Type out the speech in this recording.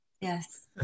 Yes